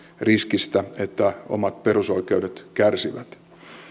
riskistä että omat perusoikeudet kärsivät